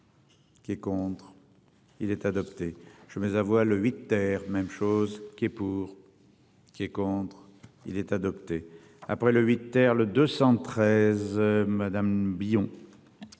Qui est contre, il est adopté. Je vais avoir le 8 terre même chose qui est pour. Qui est contre, il est adopté. Après le 8 terre le 213 Madame Billon.